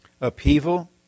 upheaval